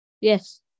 Yes